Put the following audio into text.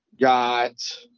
got